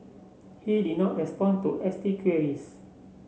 he did not respond to S T queries